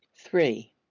three.